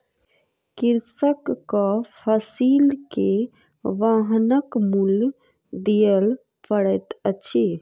कृषकक फसिल के वाहनक मूल्य दिअ पड़ैत अछि